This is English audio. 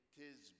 Tis